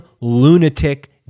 lunatic